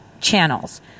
channels